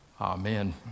Amen